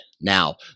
Now